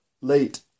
late